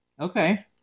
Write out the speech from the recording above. Okay